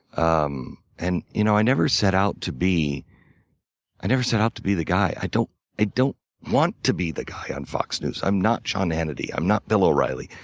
um and you know i never set out to be i never set out to be the guy i don't i don't want to be the guy on fox news. i'm not sean hannity. i'm not bill o'reilly.